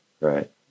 right